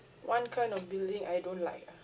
one kind of building I don't like ah